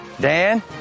Dan